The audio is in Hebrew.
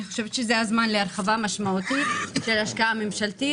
אני חושבת שזה הזמן להרחבה משמעותית של ההשקעה הממשלתית,